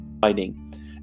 fighting